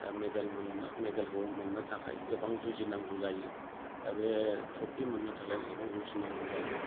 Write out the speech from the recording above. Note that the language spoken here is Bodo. दा मेदेलखौ मोन्नो थाखाय गोबां जुजिनांगौ जायो दा बे ट्र'फि मोन्नो थाखाय गोबां जुजिनांगौ जायो